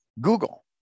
Google